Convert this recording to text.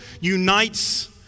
unites